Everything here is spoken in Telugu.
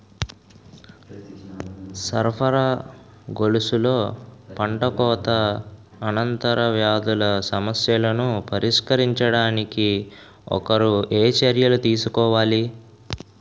సరఫరా గొలుసులో పంటకోత అనంతర వ్యాధుల సమస్యలను పరిష్కరించడానికి ఒకరు ఏ చర్యలు తీసుకోవాలి?